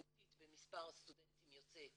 משמעותית במספר הסטודנטים יוצאי אתיופיה,